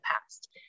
past